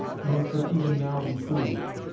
nor could even now be proved.